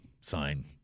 sign